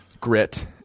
grit